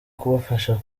kubafasha